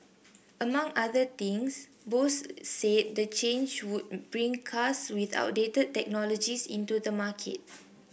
among other things Bosch said the change would bring cars with outdated technologies into the market